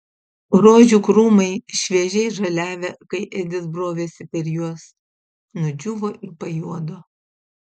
rožių krūmai šviežiai žaliavę kai edis brovėsi per juos nudžiūvo ir pajuodo